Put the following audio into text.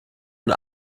und